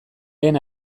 lehen